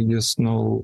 jis nu